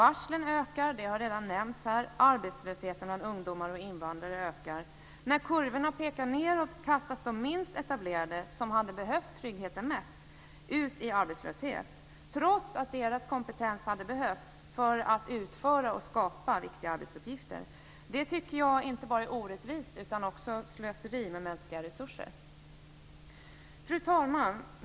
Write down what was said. Antalet varsel ökar, som redan har nämnts här, och arbetslösheten bland ungdomar och invandrare ökar. När kurvorna pekar nedåt kastas de minst etablerade, som hade behövt trygghet mest, tillbaka ut i arbetslöshet, trots att deras kompetens hade behövts för att utföra och skapa viktiga arbetsuppgifter. Jag tycker att det är inte bara orättvist utan också slöseri med mänskliga resurser. Fru talman!